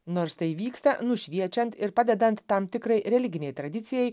nors tai įvyksta nušviečiant ir padedant tam tikrai religinei tradicijai